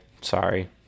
Sorry